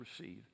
receive